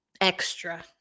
extra